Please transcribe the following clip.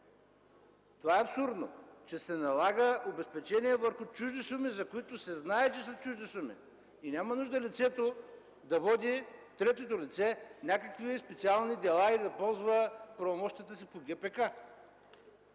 Това е абсурдно – че се налага обезпечение върху чужди суми, за които се знае, че са чужди суми! Няма нужда третото лице да води някакви специални дела или да ползва правомощията си по ГПК.